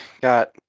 got